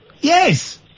Yes